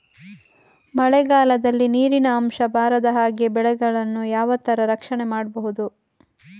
ಮಳೆಗಾಲದಲ್ಲಿ ನೀರಿನ ಅಂಶ ಬಾರದ ಹಾಗೆ ಬೆಳೆಗಳನ್ನು ಯಾವ ತರ ರಕ್ಷಣೆ ಮಾಡ್ಬಹುದು?